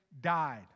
died